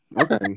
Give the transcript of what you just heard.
Okay